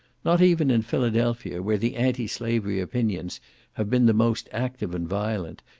not even in philadelphia, where the anti-slavery opinions have been the most active and violent,